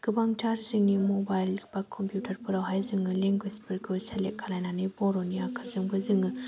गोबांथार जोंनि मबाइल बा कम्पिउटारफोरावहाय जों लिंग्वेजफोरखौ सेलेक्ट खालामनानै बर'नि आखरजोंबो जों